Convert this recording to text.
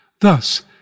Thus